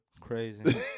crazy